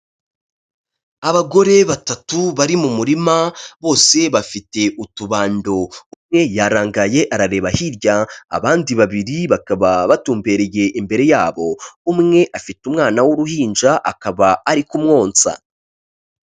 Abagore batatu bari mu murima, bose bafite utubando. Umwe yarangaye, arareba hirya, abandi babiri bakaba batumberaye imbere yabo. Umwe afite umwana w'uruhinja, akaba ari kumwonsa.